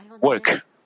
work